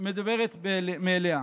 מדברת בעד עצמה.